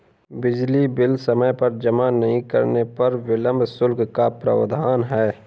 बिजली बिल समय पर जमा नहीं करने पर विलम्ब शुल्क का प्रावधान है